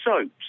soaps